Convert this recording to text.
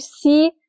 see